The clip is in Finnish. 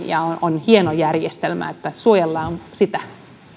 ja on hieno järjestelmä eli suojellaan sitä